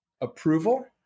approval